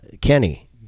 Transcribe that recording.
Kenny